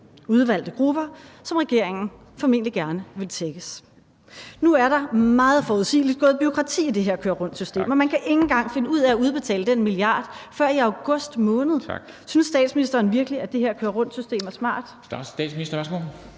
udvalgte grupper, som regeringen formentlig gerne vil tækkes. Nu er der – meget forudsigeligt – gået bureaukrati i det her køre rundt-system, og man kan ikke en gang finde ud af at udbetale den milliard før i august måned. Synes statsministeren virkelig, at det her køre rundt-system er smart?